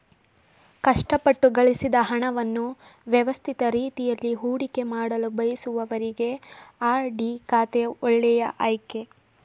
ಕಷ್ಟಪಟ್ಟು ಗಳಿಸಿದ ಹಣವನ್ನು ವ್ಯವಸ್ಥಿತ ರೀತಿಯಲ್ಲಿ ಹೂಡಿಕೆಮಾಡಲು ಬಯಸುವವರಿಗೆ ಆರ್.ಡಿ ಖಾತೆ ಒಳ್ಳೆ ಆಯ್ಕೆ